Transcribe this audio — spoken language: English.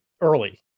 early